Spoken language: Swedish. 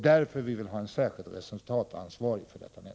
Därför vill vi ha en särskild resultatansvarig för detta nät.